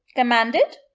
commanded,